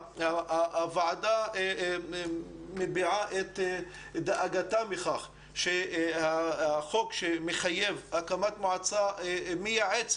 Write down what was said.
הוועדה מביעה את דאגתה מכך שהחוק שמחייב הקמת מועצה מייעצת,